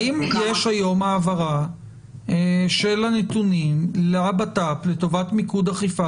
האם יש היום העברה של הנתונים לבט"פ לטובת מיקוד אכיפה